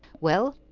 well,